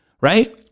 right